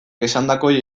esandakoei